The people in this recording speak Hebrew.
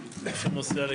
11:57.